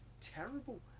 terrible